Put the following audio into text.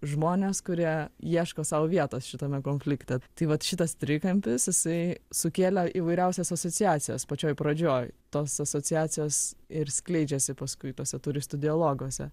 žmonės kurie ieško sau vietos šitame konflikte tai vat šitas trikampis jisai sukėlė įvairiausias asociacijas pačioj pradžioj tos asociacijos ir skleidžiasi paskui tuose turistų dialoguose